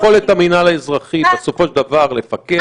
כי אין ביכולת המינהל האזרחי בסופו של דבר לפקח.